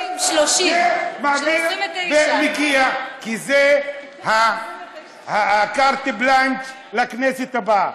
מעביר ומגיע, כי זה ה-carte blanche לכנסת הבאה.